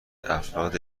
افراد